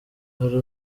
hari